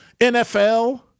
NFL